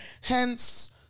Hence